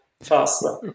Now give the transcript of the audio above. faster